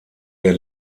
der